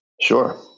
Sure